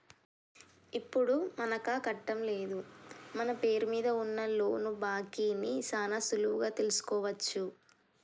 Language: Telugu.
ఇప్పుడు మనకాకట్టం లేదు మన పేరు మీద ఉన్న లోను బాకీ ని సాన సులువుగా తెలుసుకోవచ్చు